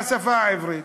בשפה העברית.